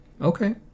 Okay